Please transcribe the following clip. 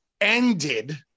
ended